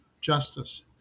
justice